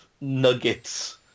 nuggets